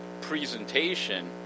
presentation